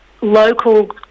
local